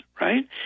Right